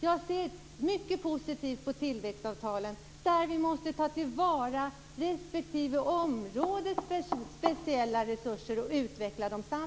Jag ser mycket positivt på tillväxtavtalen. Vi måste ta till vara respektive områdes speciella resurser och utveckla dem.